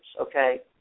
Okay